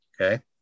Okay